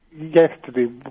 yesterday